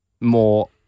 more